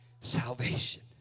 salvation